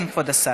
כן, כבוד השר.